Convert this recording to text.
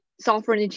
software